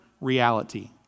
reality